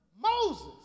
Moses